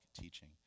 teaching